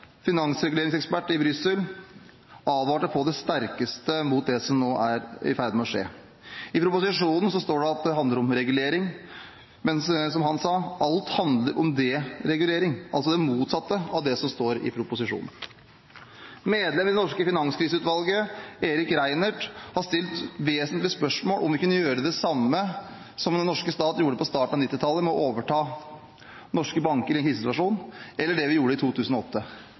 finansreguleringsekspert i Brussel, advarte på det sterkeste mot det som nå er i ferd med å skje. I proposisjonen står det at dette handler om regulering, men som han sa: Alt handler om deregulering – altså det motsatte av det som står i proposisjonen. Medlem i det norske Finanskriseutvalget, Erik S. Reinert, har stilt vesentlige spørsmål om vi kunne gjøre det samme som den norske staten gjorde på starten av 1990-tallet med å overta norske banker i en krisesituasjon, eller det vi gjorde i 2008.